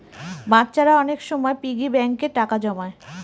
বাচ্চারা অনেক সময় পিগি ব্যাঙ্কে টাকা জমায়